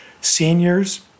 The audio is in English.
seniors